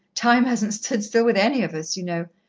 time hasn't stood still with any of us, you know.